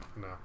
No